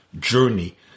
journey